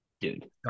Dude